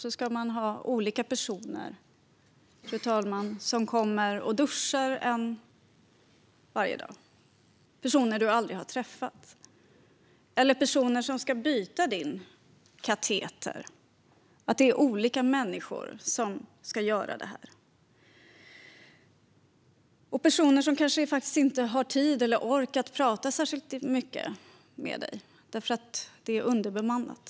Då ska man ha olika personer som kommer och duschar en varje dag. Det är personer som du aldrig har träffat. Det kan vara personer som ska byta din kateter. Det är olika människor som ska göra det. Det kan vara personer som kanske inte har tid eller ork att prata särskilt mycket med dig därför att det är underbemannat.